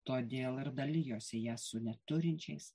todėl ir dalijosi ją su neturinčiais